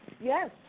Yes